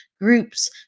groups